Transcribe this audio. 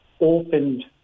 opened